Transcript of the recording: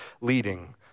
leading